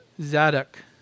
Zadok